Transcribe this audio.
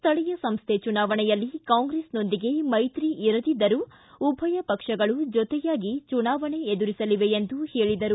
ಸ್ಥಳಿಯ ಸಂಸ್ಥೆ ಚುನಾವಣೆಯಲ್ಲಿ ಕಾಂಗ್ರೆಸ್ನೊಂದಿಗೆ ಮೈತ್ರಿ ಇರದಿದ್ದರೂ ಉಭಯ ಪಕ್ಷಗಳು ಜೊತೆಯಾಗಿ ಚುನಾವಣೆ ಎದುರಿಸಲಿವೆ ಎಂದು ಹೇಳಿದರು